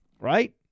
right